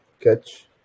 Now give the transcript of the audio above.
catch